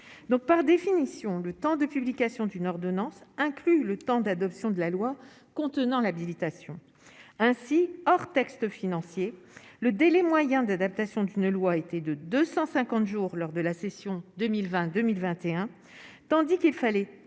par définition, le temps de publication d'une ordonnance inclus le temps d'adoption de la loi contenant l'habilitation ainsi hors texte, financiers, le délai moyen d'adaptation d'une loi a été de 250 jours lors de la session 2020, 2021 tandis qu'il fallait 436